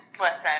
listen